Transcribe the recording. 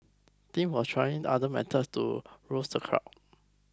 Tim was trying other methods to rouse the crowd